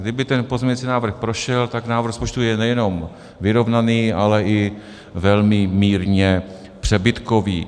Kdyby ten pozměňovací návrh prošel, tak návrh rozpočtu je nejenom vyrovnaný, ale i velmi mírně přebytkový.